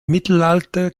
mittelalter